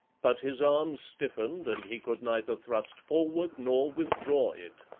but his arm stiffened and he could neither thrust forward nor withdraw it.